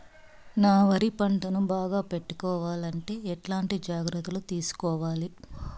నా వరి పంటను బాగా పెట్టుకోవాలంటే ఎట్లాంటి జాగ్రత్త లు తీసుకోవాలి?